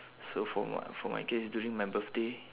so for my for my case during my birthday